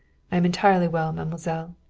i am entirely well, mademoiselle,